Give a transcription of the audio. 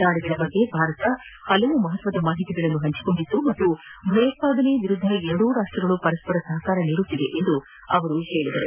ದಾಳಿಗಳ ಕುರಿತಂತೆ ಭಾರತ ಹಲವು ಮಹತ್ತರ ಮಾಹಿತಿಗಳನ್ನು ಹಂಚಿಕೊಂಡಿತ್ತು ಹಾಗೂ ಭಯೋತ್ಪಾದನಾ ವಿರುದ್ದ ಎರಡೂ ರಾಷ್ಟ್ರಗಳು ಪರಸ್ಪರ ಸಹಕಾರ ನೀಡುತ್ತಿವೆ ಎಂದು ಅವರು ಹೇಳಿದರು